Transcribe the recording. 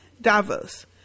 Davos